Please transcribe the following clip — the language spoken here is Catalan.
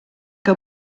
que